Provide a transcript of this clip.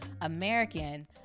American